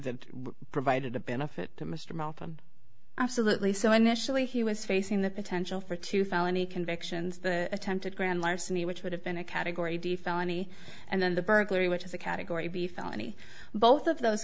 that provided a benefit to mr malcolm absolutely so initially he was facing the potential for two felony convictions the attempted grand larceny which would have been a category d felony and then the burglary which is a category b felony both of those